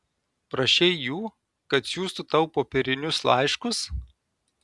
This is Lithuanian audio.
prašei jų kad siųstų tau popierinius laiškus